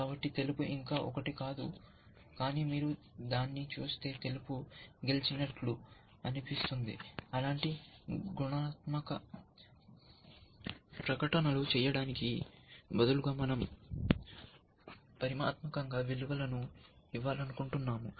కాబట్టి తెలుపు ఇంకా ఒకటి కాదు కానీ మీరు దాన్ని చూస్తే తెలుపు గెలిచినట్లు అనిపిస్తుంది అలాంటి గుణాత్మక ప్రకటన లు చేయడానికి బదులుగా మనం పరిమాణాత్మక విలువల ను ఇవ్వాలనుకుంటున్నాము